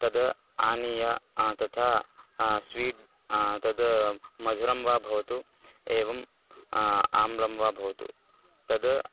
तद् आनीय तथा स्वीट् तद् मधुरं वा भवतु एवम् आम्रं वा भवतु तद्